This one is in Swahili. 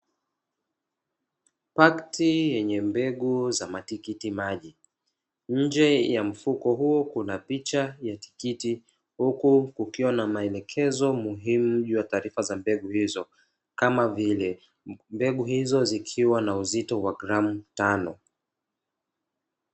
Pakti yenye mbegu za matikiti maji. Nje ya mfuko huo kuna picha ya tikiti, huku kukiwa na maelekezo muhimu juu ya taarifa za mbegu hizo, kama vile mbegu hizo zikiwa na uzito wa gramu tano.